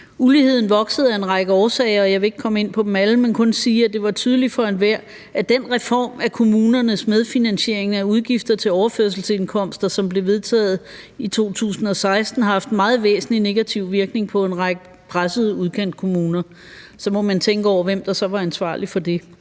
ikke komme ind på dem alle, men kun sige, at det var tydeligt for enhver, at den reform af kommunernes medfinansiering af udgifter til overførselsindkomster, som blev vedtaget i 2016, har haft meget væsentlig negativ virkning på en række pressede udkantskommuner – så må man tænke over, hvem der så var ansvarlig for det.